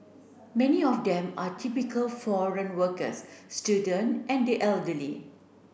many of them are typical foreign workers student and the elderly